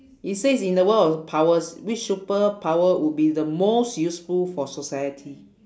it says in the world of powers which superpower would be the most useful for society